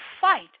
fight